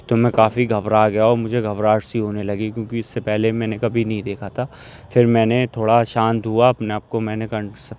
تو میں کافی گھبرا گیا اور مجھے گھبراہٹ سی ہونے لگی کیونکہ اس سے پہلے میں نے کبھی نہیں دیکھا تھا پھر میں نے تھوڑا شانت ہوا اپنے آپ کو میں نے